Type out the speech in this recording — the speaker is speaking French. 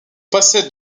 passait